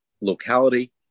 locality